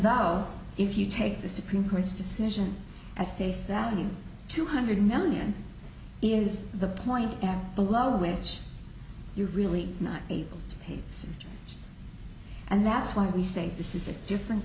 though if you take the supreme court's decision as face value two hundred million is the point below which you're really not able to pay to see and that's why we say this is a different